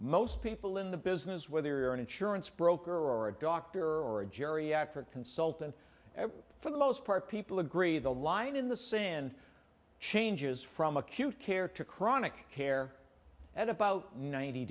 most people in the business whether an insurance broker or a doctor or a geriatric consultant for the most part people agree the line in the sand changes from acute care to chronic care at about ninety